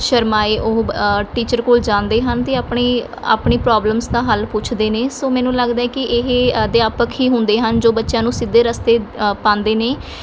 ਸ਼ਰਮਾਏ ਉਹ ਟੀਚਰ ਕੋਲ ਜਾਂਦੇ ਹਨ ਅਤੇ ਆਪਣੀ ਆਪਣੀ ਪ੍ਰੋਬਲਮਸ ਦਾ ਹੱਲ ਪੁੱਛਦੇ ਨੇ ਸੋ ਮੈਨੂੰ ਲੱਗਦਾ ਹੈ ਕਿ ਇਹ ਅਧਿਆਪਕ ਹੀ ਹੁੰਦੇ ਹਨ ਜੋ ਬੱਚਿਆਂ ਨੂੰ ਸਿੱਧੇ ਰਸਤੇ ਪਾਉਂਦੇ ਨੇ